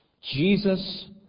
Jesus